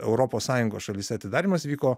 europos sąjungos šalyse atidarymas vyko